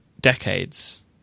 decades